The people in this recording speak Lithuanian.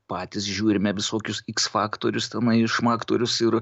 patys žiūrime visokius iksfaktorius tenai šmaktorius ir